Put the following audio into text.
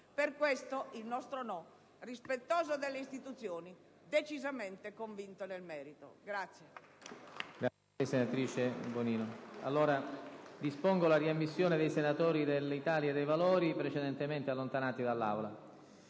Per questo, il nostro no, rispettoso delle istituzioni, è decisamente convinto nel merito.